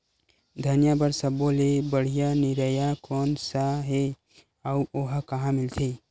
धनिया बर सब्बो ले बढ़िया निरैया कोन सा हे आऊ ओहा कहां मिलथे?